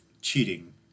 cheating